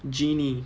jeannie